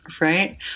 Right